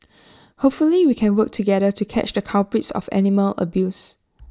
hopefully we can work together to catch the culprits of animal abuse